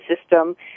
system